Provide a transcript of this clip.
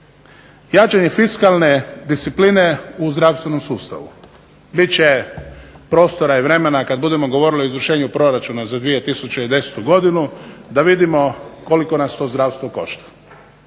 Jačanje fiskalne discipline u zdravstvenom sustavu. Bit će prostora i vremena kad budemo govorili o izvršenju proračuna za 2010. godinu da vidimo koliko nas to zdravstvo košta.